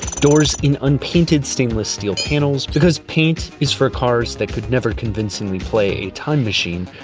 doors in unpainted stainless steel panels, because paint is for cars that could never convincingly play a time machine,